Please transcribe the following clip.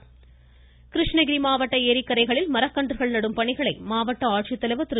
இருவரி கிருஷ்ணகிரி மாவட்ட ஏரிக்கரைகளில் மரக்கன்றுகள் நடும் பணிகளை மாவட்ட ஆட்சித்தலைவர் திரு